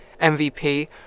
MVP